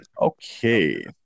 okay